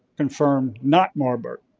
confirmed not marber.